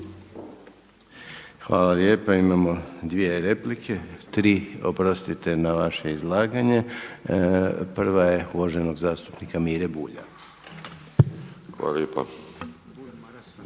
Hvala lijepo. Imamo dvije replike, tri. Oprostite na vaše izlaganje. Prva je uvaženog zastupnika Mire Bulja. **Bulj,